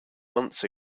months